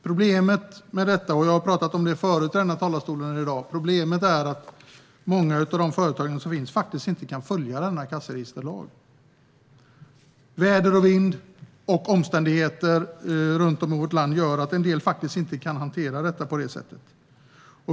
Problemet med detta är, som jag tidigare i dag talat om här i talarstolen, att många företag faktiskt inte kan följa kassaregisterlagen. Väder och vind och andra omständigheter runt om i vårt land gör att en del faktiskt inte kan hantera detta på det sättet.